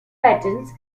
patterns